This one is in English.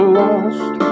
lost